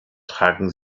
tragen